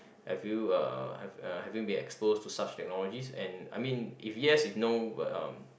have you uh have uh have you been exposed to such technologies and I mean if yes if no but uh